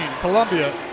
Columbia